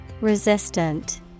Resistant